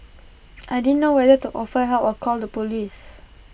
I didn't know whether to offer help or call the Police